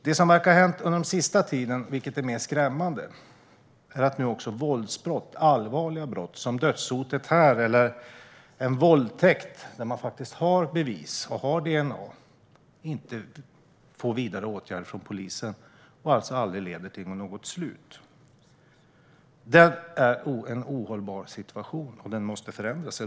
Det som verkar ha hänt under den senaste tiden, och som gör det hela än mer skrämmande, är att även våldsbrott - allvarliga brott som dödshotet jag nämnde eller en våldtäkt - inte lett till vidare åtgärd från polisen, även om man haft bevis och haft DNA. Det är en ohållbar situation, och den måste förändras.